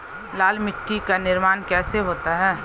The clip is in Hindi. लाल मिट्टी का निर्माण कैसे होता है?